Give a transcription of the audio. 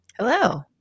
Hello